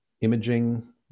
imaging